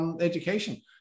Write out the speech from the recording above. education